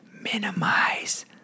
minimize